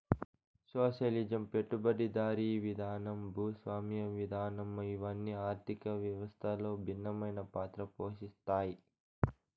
socialism పెట్టుబడిదారీ విధానం భూస్వామ్య విధానం ఇవన్ని ఆర్థిక వ్యవస్థలో భిన్నమైన పాత్ర పోషిత్తాయి